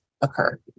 occur